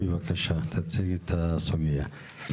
בבקשה תציגי את הסוגייה.